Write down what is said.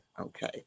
okay